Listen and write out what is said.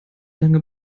lange